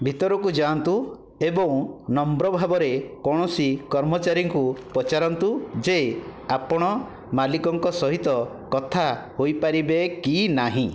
ଭିତରକୁ ଯାଆନ୍ତୁ ଏବଂ ନମ୍ର ଭାବରେ କୌଣସି କର୍ମଚାରୀଙ୍କୁ ପଚାରନ୍ତୁ ଯେ ଆପଣ ମାଲିକଙ୍କ ସହିତ କଥା ହୋଇପାରିବେ କି ନାହିଁ